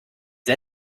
die